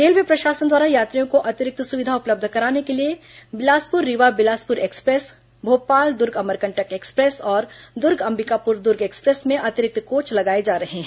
railway प्रशासन द्वारा यात्रियों को अतिरिक्त सुविधा उपलब्ध कराने के लिए बिलासपुर रीवा बिलासपुर एक्सप्रेस भोपाल दुर्ग अमरकंटक एक्सप्रेस और दुर्ग अंबिकापुर दुर्ग एक्सप्रेस में अतिरिक्त कोच लगाए जा रहे हैं